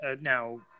now